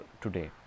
today